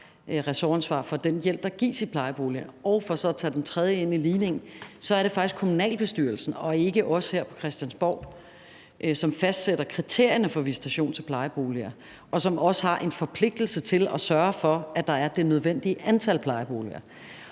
ressortansvar for den hjælp, der gives i plejeboliger. Og for så at tage den tredje ind i ligningen er det faktisk kommunalbestyrelsen og ikke os her på Christiansborg, som fastsætter kriterierne for visitation til plejeboliger, og som også har en forpligtelse til at sørge for, at der er det nødvendige antal plejeboliger.